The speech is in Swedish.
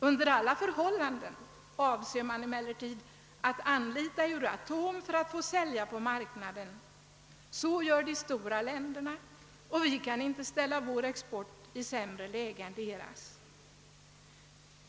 Under alla förhållanden avser man att anlita Euratom för att få sälja på marknaden. Så gör de stora länderna, och vi kan inte ställa vår export i ett sämre läge än deras.